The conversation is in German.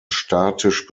statisch